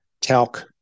Talc